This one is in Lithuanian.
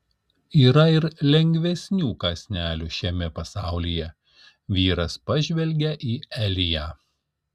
yra ir lengvesnių kąsnelių šiame pasaulyje vyras pažvelgia į eliją